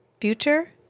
future